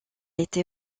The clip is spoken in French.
été